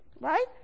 right